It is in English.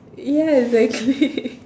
ya exactly